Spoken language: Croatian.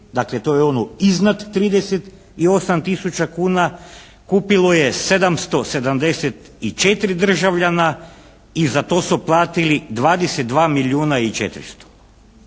dakle, to je ono iznad 38 tisuća kuna, kupilo je 774 državljana i za to su platili 22